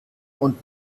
und